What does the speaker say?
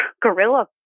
gorilla